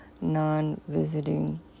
non-visiting